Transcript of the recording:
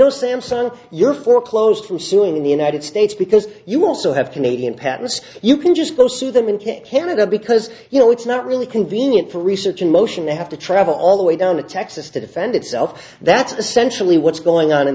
know samsung you're foreclosed from suing the united states because you also have canadian patents you can just go sue them and kick canada because you know it's not really convenient for research in motion they have to travel all the way down to texas to defend itself that's the centrally what's going on in